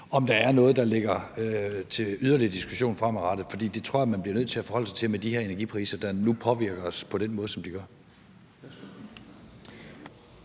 om der er noget, der ligger til yderligere diskussion fremadrettet. For det tror jeg man bliver nødt til at forholde sig til med de energipriser, der nu påvirker os på den måde, som de gør.